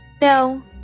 No